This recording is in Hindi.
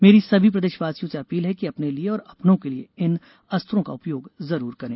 मेंरी सभी प्रदेशवासियों से अपिल है कि अपने लिये और अपनों के लिये इन अस्त्रों का उपयोग जरूर करें